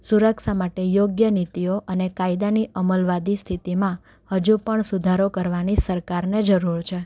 સુરક્ષા માટે યોગ્ય નીતિઓ અને કાયદાની અમલવાદી સ્થિતિમાં હજુ પણ સુધારો કરવાની સરકારને જરૂર છે